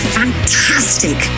fantastic